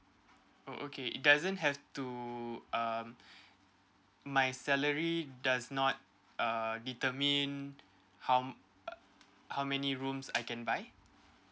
oh okay it doesn't have to um my salary does not uh determine how mm how many rooms I can buy